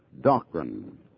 doctrine